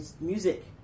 music